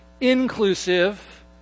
inclusive